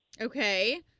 Okay